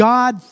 God